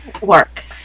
work